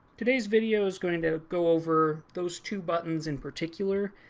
today's video is going to go over those two buttons in particular,